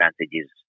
advantages